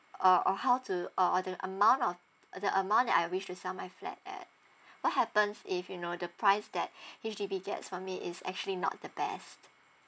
or or how to or or the amount of uh the amount that I wish to sell my flat at what happens if you know the price that H_D_B get for me is actually not the best